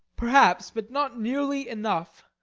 perhaps, but not nearly enough.